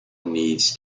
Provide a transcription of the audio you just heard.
needs